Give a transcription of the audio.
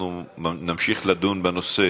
אנחנו נמשיך לדון בנושא